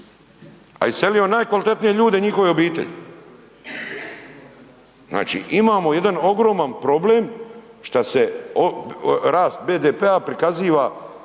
a iselio najkvalitetnije ljude i njihove obitelji, znači imamo jedan ogroman problem šta se rast BDP prikaziva